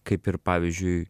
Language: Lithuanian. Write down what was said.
kaip ir pavyzdžiui